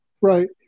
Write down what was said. Right